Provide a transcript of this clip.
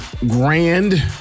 grand